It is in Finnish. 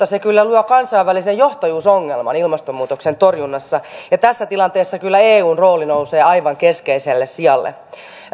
se kyllä luo kansainvälisen johtajuusongelman ilmastonmuutoksen torjunnassa ja tässä tilanteessa kyllä eun rooli nousee aivan keskeiselle sijalle